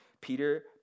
Peter